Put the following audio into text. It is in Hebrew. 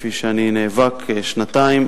וכפי שאני נאבק שנתיים,